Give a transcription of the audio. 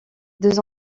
deux